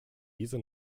diese